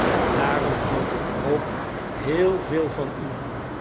en daarom houd ik ook heel veel van u